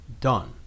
done